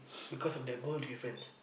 because of their goal difference